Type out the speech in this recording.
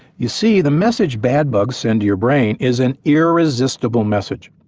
you see, the message bad bugs send to your brain is an irresistible message,